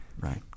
right